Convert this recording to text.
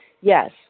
Yes